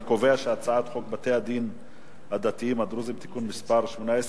אני קובע שהצעת חוק בתי-הדין הדתיים הדרוזיים (תיקון מס' 18),